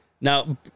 Now